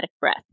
breath